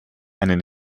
einen